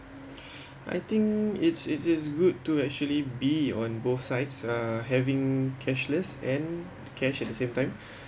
I think it's it is good to actually be on both sides uh having cashless and cash at the same time